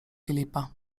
filipa